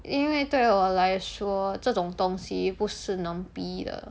因为对我来说这种东西不是能逼的